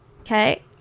Okay